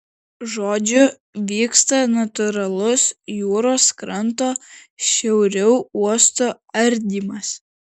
žodžiu vyksta natūralus jūros kranto šiauriau uosto ardymas